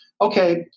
Okay